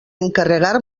encarregar